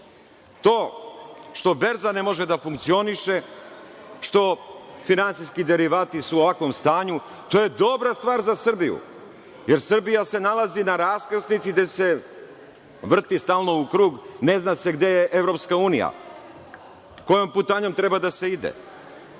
To što berza ne može da funkcioniše, što finansijski derivati su u ovakvom stanju to je dobra stvar za Srbiju, jer Srbija se nalazi na raskrsnici gde se vrti stalno u krug, ne zna se gde je EU, kojom putanjom treba da se ide,